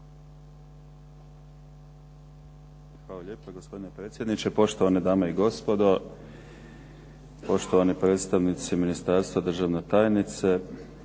Hvala lijepa, gospodine predsjedniče. Poštovane dame i gospodo, poštovani predstavnici ministarstva, državna tajnice